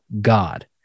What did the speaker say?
God